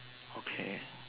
okay